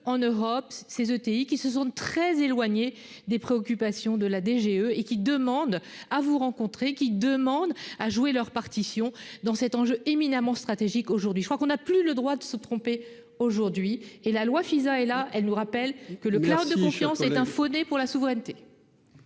en Europe ces ETI qui se sont très éloigné des préoccupations de la DGE et qui demande à vous rencontrer, qui demande à jouer leur partition dans cet enjeu éminemment stratégique, aujourd'hui, je crois qu'on a plus le droit de se tromper aujourd'hui et la loi FISA et là elle nous rappelle que le plein de confiance, c'est un faux nez pour la souveraineté.